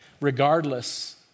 Regardless